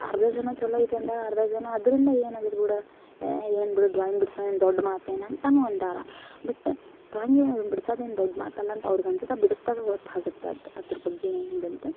ಅರ್ಧ ಜನ ಛಲೋ ಐತೆ ಅಂದಾರ ಅರ್ಧ ಜನ ಅದರಿಂದ ಏನಾಗತ್ತೆ ಬಿಡು ಏನು ಬಿಡು ಡ್ರಾಯಿಂಗ್ ಬಿಡ್ಸೋದೇನು ದೊಡ್ಡ ಮಾತೆನ ಅಂತನು ಅಂದಾರ ಬಿಟ್ಟ ಡ್ರಾಯಿಂಗ್ ಏನು ಬಿಡ್ಸದೇನು ದೊಡ್ಡ ಮಾತಲ್ಲ ಅಂತ ಅವ್ರ್ಗ ಅನ್ಸತ್ತ ಬಿಡ್ಸ್ದಾಗ ಗೊತ್ತಾಗುತ್ತೆ ಅದು ಅದ್ರ ಬಗ್ಗೆ ಹೆಂಗಂತ